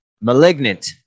Malignant